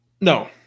No